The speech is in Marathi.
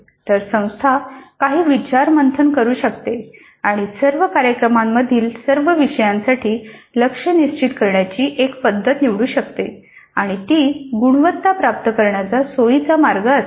तर संस्था काही विचारमंथन करू शकते आणि सर्व कार्यक्रमांमधील सर्व विषयांसाठी लक्ष्य निश्चित करण्याची एक पद्धत निवडू शकते आणि ती गुणवत्ता प्राप्त करण्याचा सोयीचा मार्ग असेल